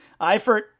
Eifert